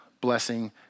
blessing